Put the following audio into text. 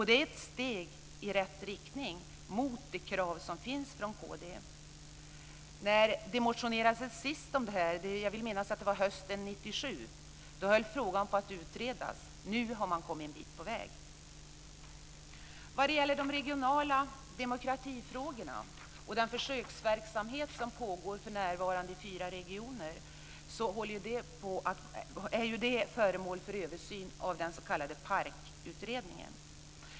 Det är ett steg i riktning mot de krav som framförs från kd. När det senast motionerades om detta - jag vill minnas att det var hösten 1997 - höll frågan på att utredas. Nu har man kommit en bit på väg. När det gäller de regionala demokratifrågorna och den försöksverksamhet som för närvarande pågår i fyra regioner är detta föremål för översyn av den s.k. PARK-utredningen.